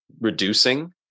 reducing